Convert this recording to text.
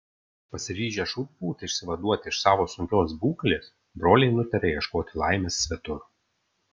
pasiryžę žūtbūt išsivaduoti iš savo sunkios būklės broliai nutarė ieškoti laimės svetur